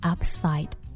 Upside